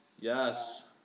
Yes